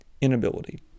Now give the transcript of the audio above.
inability